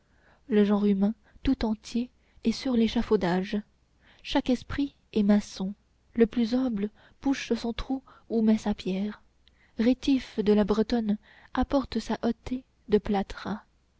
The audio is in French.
le genre humain tout entier est sur l'échafaudage chaque esprit est maçon le plus humble bouche son trou ou met sa pierre rétif de la bretonne apporte sa hottée de plâtras